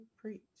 preach